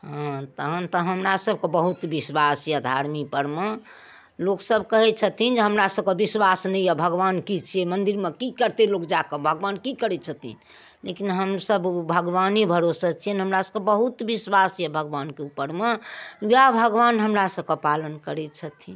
तहन तऽ हमरा सबकेँ बहुत विश्वास यऽ धार्मिक परमे लोकसब कहैत छथिन जे हमरा सबकेँ विश्वास नहि यऽ भगवान की छियै मंदिरमे की करतै लोक जाके भगबान की करैत छथिन लेकिन हमसब भगबाने भरोसे छिअनि हमरा सबकेँ बहुत विश्वास यऽ भगबानके ऊपरमे ओएह भगबान हमरा सबके पालन करैत छथिन